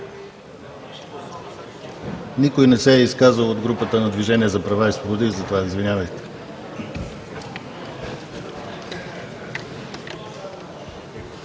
Никой не се е изказвал от групата на „Движение за права и свободи“, затова извинявайте.